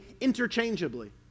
interchangeably